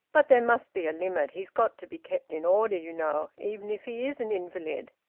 but there must be a limit. he's got to be kept in order, you know, even if he is an invalid.